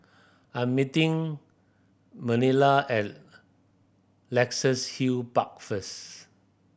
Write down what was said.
I'm meeting Manilla at Luxus Hill Park first